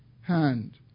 hand